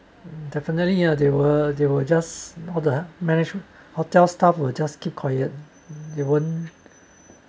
definitely yeah they were they were just all the manage hotel staff will just keep quiet they won't